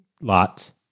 Lots